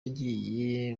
agiye